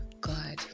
God